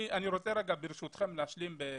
ברשותכם אני רוצה להשלים ברצף.